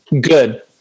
good